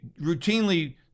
routinely